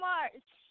March